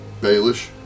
Baelish